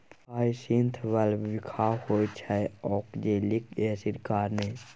hyacinth bulb बिखाह होइ छै आक्जेलिक एसिडक कारणेँ